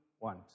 want